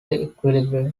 equilibrium